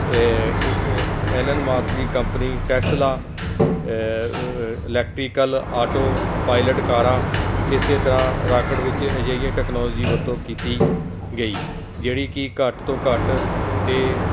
ਅ ਅ Elon Musk ਦੀ ਕੰਪਨੀ ਟੈਸਲਾ ਇਲੈਕਟ੍ਰੀਕਲ ਆਟੋ ਪਾਇਲਟ ਕਾਰਾਂ ਇਸੇ ਤਰ੍ਹਾਂ ਰਾਕਟ ਵਿੱਚ ਅਜਿਹੀਆਂ ਟੈਕਨੋਲੋਜੀ ਵਰਤੋਂ ਕੀਤੀ ਗਈ ਜਿਹੜੀ ਕਿ ਘੱਟ ਤੋਂ ਘੱਟ 'ਤੇ